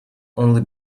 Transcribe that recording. only